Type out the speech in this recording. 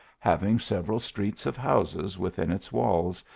having several streets of houses within its walls,